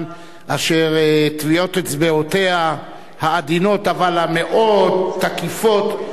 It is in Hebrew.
אשר טביעות אצבעותיה העדינות אבל המאוד-תקיפות נמצאות